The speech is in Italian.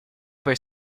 per